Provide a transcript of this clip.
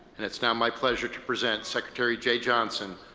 and it's now my pleasure to present secretary jeh johnson,